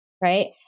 right